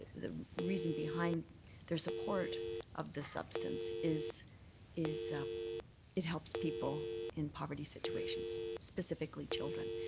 the reason behind their support of the substance is is it helps people in poverty situations. specifically children.